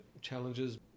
challenges